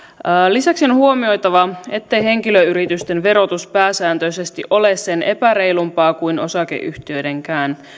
lisäksi on on huomioitava ettei henkilöyritysten verotus pääsääntöisesti ole sen epäreilumpaa kuin osakeyhtiöidenkään